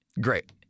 Great